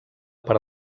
per